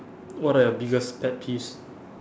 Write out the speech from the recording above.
what are your biggest pet peeves